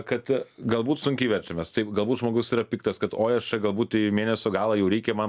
kad galbūt sunkiai verčiamės taip galbūt žmogus yra piktas kad oi aš čia galbūt į mėnesio galą jau reikia man